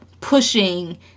pushing